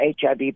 HIV